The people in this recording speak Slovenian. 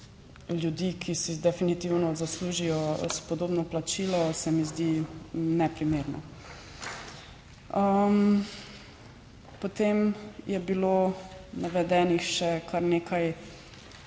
ljudi, ki si definitivno zaslužijo spodobno plačilo, se mi zdi neprimerno. Potem je bilo navedenih še kar nekaj